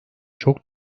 çok